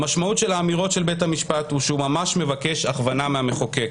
המשמעות של אמירות בית המשפט היא שהוא ממש מבקש הכוונה מהמחוקק.